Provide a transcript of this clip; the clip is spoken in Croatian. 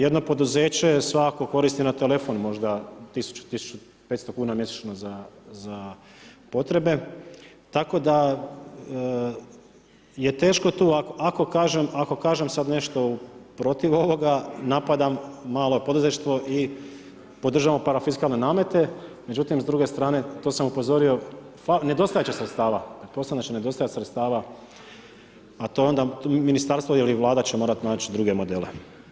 Jedno poduzeće svakako koristi na telefon tisuću, 500 kuna mjesečno za potrebe tako da je teško tu, ako kažem sada nešto protiv ovoga napadam malo poduzetništvo i podržavamo parafiskalne namete međutim s druge strane tu sam upozorio, nedostajat će sredstava, pretpostavljam da će nedostajat sredstava, a tu onda ministarstvo ili Vlada će morat nać druge modele.